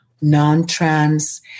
non-trans